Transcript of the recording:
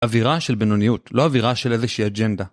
אווירה של בינוניות, לא אווירה של איזושהי אג'נדה.